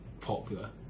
popular